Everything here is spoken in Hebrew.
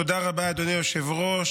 תודה רבה, אדוני היושב-ראש.